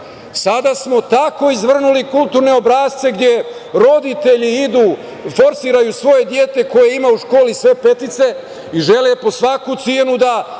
Sada smo tako izvrnuli kulturne obrasce gde roditelji idu, forsiraju svoje dete koje ima u školi sve petice i žele po svaku cenu da